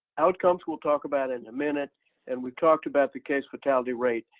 outcomes, we'll talk about in a minute and we talked about the case fatality rate.